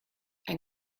ein